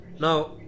Now